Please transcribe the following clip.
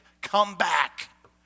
comeback